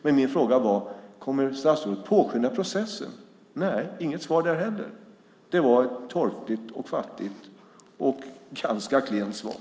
Men min fråga var: Kommer statsrådet att påskynda processen? Nej, inget svar där heller. Det var ett torftigt, fattigt och ganska klent svar.